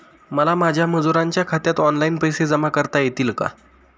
मला माझ्या मजुरांच्या खात्यात ऑनलाइन पैसे जमा करता येतील का?